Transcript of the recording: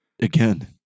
again